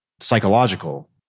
psychological